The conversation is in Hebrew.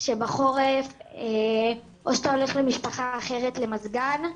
שבחורף או שאתה הולך למשפחה אחרת למזגן,